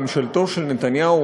ממשלתו של נתניהו,